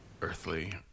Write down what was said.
earthly